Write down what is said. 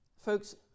Folks